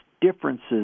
differences